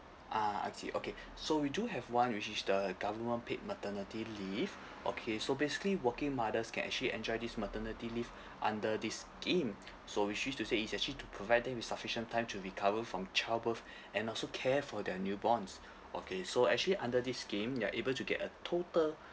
ah I see okay so we do have one which is the government paid maternity leave okay so basically working mothers can actually enjoy this maternity leave under this scheme so which means to say it's actually to provide them with sufficient time to recover from childbirth and also care for their newborns okay so actually under this scheme you're able to get a total